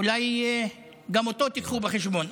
אולי גם אותו תיקחו בחשבון?